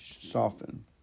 soften